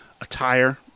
attire